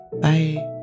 Bye